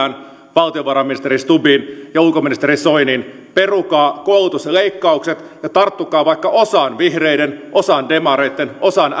valtiovarainministeri stubbiin ja ulkoministeri soiniin perukaa koulutusleikkaukset ja tarttukaa vaikkapa osaan vihreiden osaan demareitten osaan